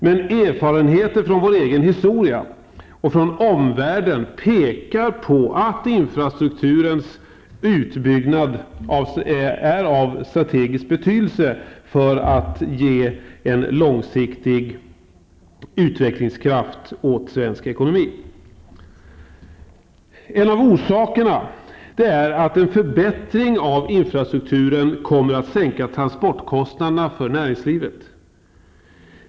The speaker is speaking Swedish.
Men erfarenheter från vår egen historia och omvärlden pekar på att infrastrukturens utbyggnad är av strategisk betydelse när det gäller att ge en långsiktig utvecklingskraft åt svensk ekonomi. En förbättring av infrastrukturen kommer att sänka transportkostnaderna för näringslivet.